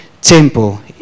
temple